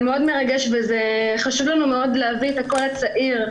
זה מאוד מרגש וחשוב לנו מאוד להביא את הקול הצעיר,